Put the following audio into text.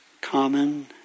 common